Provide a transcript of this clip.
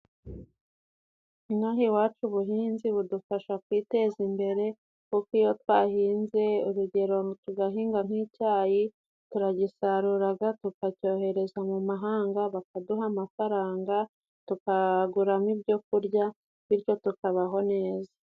Inaha iwacu ubuhinzi budufasha kwiteza imbere kuko iyo twahinze urugero tugahinga nk'icyayi turagisaruraga tukacyohereza mu mahanga bakaduha amafaranga tukaguramo ibyo kurya bityo tukabaho neza.